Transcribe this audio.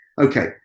okay